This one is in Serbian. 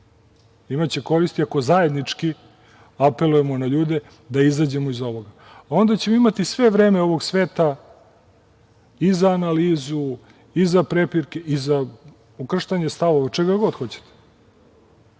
Imaće koristi ako zajednički apelujemo na ljude da izađemo iz ovoga, a onda ćemo imati sve vreme ovog sveta i za analizu i za prepirke i za ukrštanje stavova, čega god hoćete.